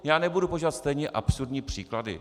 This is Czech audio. Já nebudu používat stejně absurdní příklady.